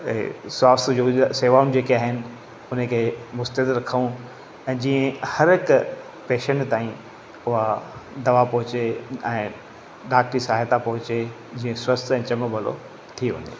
स्वास्थ्य जो सेवाऊं जेके आहिनि उन खे मुस्तित रखूं ऐं जीअं हर हिक पेशंट ताईं उहा दवा पहुचे ऐं डॉक्टरी सहायता पहुचे जीअं स्वास्थ्य ऐं चङो भलो थी वञे